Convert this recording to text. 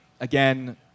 Again